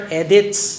edits